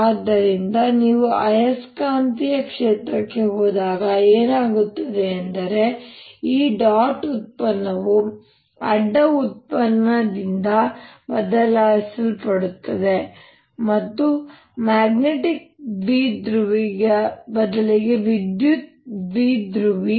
ಆದ್ದರಿಂದ ನೀವು ಆಯಸ್ಕಾಂತೀಯ ಕ್ಷೇತ್ರಕ್ಕೆ ಹೋದಾಗ ಏನಾಗುತ್ತಿದೆ ಎಂದರೆ ಈ ಡಾಟ್ ಉತ್ಪನ್ನವು ಅಡ್ಡ ಉತ್ಪನ್ನದಿಂದ ಬದಲಾಯಿಸಲ್ಪಡುತ್ತದೆ ಮತ್ತು ಮ್ಯಾಗ್ನೆಟಿಕ್ ದ್ವಿಧ್ರುವಿ ಬದಲಿಗೆ ವಿದ್ಯುತ್ ದ್ವಿಧ್ರುವಿ